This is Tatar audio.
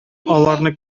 аларны